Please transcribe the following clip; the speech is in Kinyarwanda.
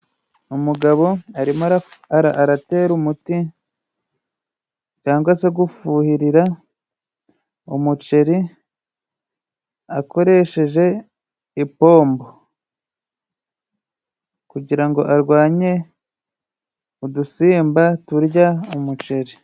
Umugabo arimo aratera umuti cyangwa se gufuhirira umuceri akoresheje ipombo. Kugira ngo arwanye udusimba turya umuceri.